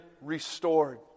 restored